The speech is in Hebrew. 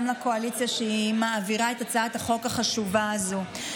גם לקואליציה על שהיא מעבירה את הצעת החוק החשובה הזאת,